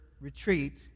retreat